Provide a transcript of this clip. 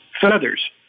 feathers